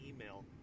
email